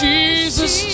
Jesus